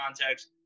context